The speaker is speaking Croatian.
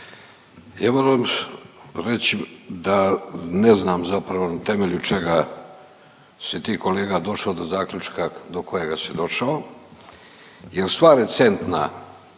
Ja moram reći da ne znam zapravo na temelju čega si ti kolega došao do zaključka do kojega si došao jer sva recentna